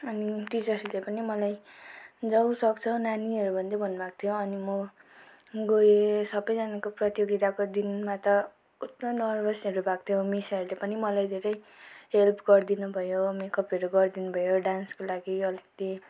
अनि टिचर्सहरू पनि मलाई जाऊ सक्छ नानीहरू भन्दै भन्नुभएको थियो अनि म गएँ सबैजनाको प्रतियोगिताको दिनमा त कत्रो नर्भसहरू भएको थियो मिसहरूले पनि मलाई धेरै हेल्प गरिदिनु भयो मेकअपहरू गरिदिनु भयो डान्सको लागि अलिकति